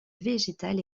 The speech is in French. végétal